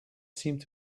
seemed